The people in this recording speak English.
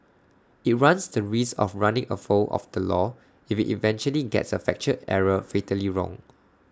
IT runs the risk of running afoul of the law if IT eventually gets A factual error fatally wrong